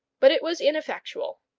but it was ineffectual.